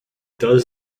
does